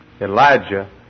Elijah